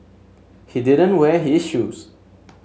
he didn't wear his shoes